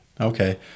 Okay